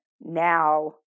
now